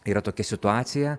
yra tokia situacija